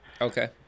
Okay